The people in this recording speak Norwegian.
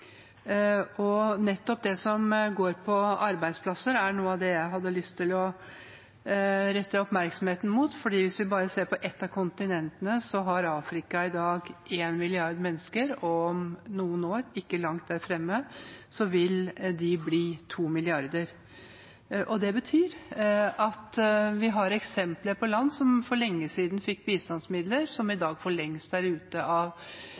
Og nettopp det som handler om arbeidsplasser, er noe av det jeg hadde lyst til å rette oppmerksomheten mot. Hvis vi ser på bare ett av kontinentene, har Afrika i dag 1 milliard mennesker, og om noen år ikke langt der framme vil de bli 2 milliarder. Det betyr at vi har eksempler på land som for lenge siden fikk bistandsmidler, som i dag for lengst er ute av